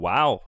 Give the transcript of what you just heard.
Wow